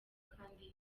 kandi